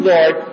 Lord